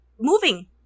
moving